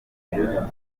ntera